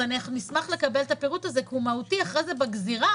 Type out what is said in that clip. נשמח לקבל את הפירוט הזה כי הוא מהותי אחרי זה בגזירה